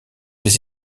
des